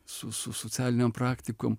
su su socialinėm praktikom